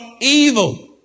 evil